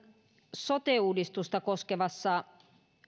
sote uudistusta koskevassa